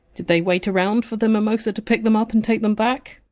did they wait around for the mimosa to pick them up and take them back?